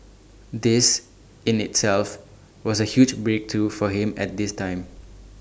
this in itself was A huge breakthrough for him at this time